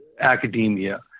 academia